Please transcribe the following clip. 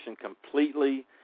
completely